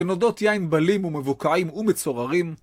בנאדות יין בלים ומבוקעים ומצוררים,